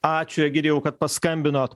ačiū egidijau kad paskambinot